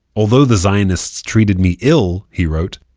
although the zionists treated me ill, he wrote,